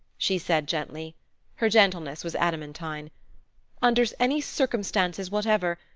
she said gently her gentleness was adamantine under any circumstances whatever,